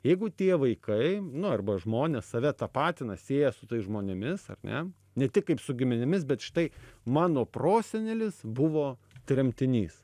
jeigu tie vaikai nu arba žmonės save tapatina sieja su tais žmonėmis ar ne ne tik kaip su giminėmis bet štai mano prosenelis buvo tremtinys